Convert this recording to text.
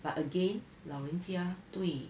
but again 老人家对